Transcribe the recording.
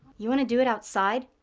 you want to do it outside?